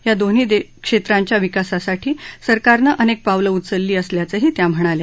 या दोन्ही क्षेत्रांच्या विकासासाठी सरकारनं अनेक पावलं उचलली असल्याचंही त्या म्हणाल्या